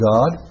God